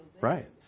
right